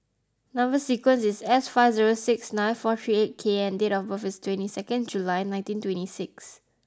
number sequence is S five zero six nine four three eight K and date of birth is twenty second July nineteen twenty six